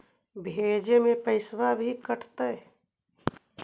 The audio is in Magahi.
भेजे में पैसा भी कटतै?